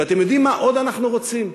ואתם יודעים מה עוד אנחנו רוצים?